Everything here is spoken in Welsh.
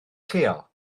lleol